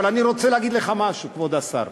אבל אני רוצה להגיד לך משהו, כבוד השר: